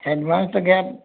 advance तो क्या